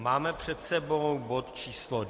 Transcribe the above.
Máme před sebou bod číslo